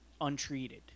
untreated